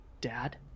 Dad